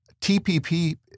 TPP